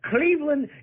Cleveland